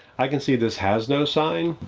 i can see this has no sign.